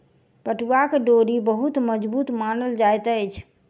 पटुआक डोरी बहुत मजबूत मानल जाइत अछि